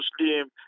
Muslim